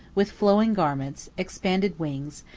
with flowing garments, expanded wings,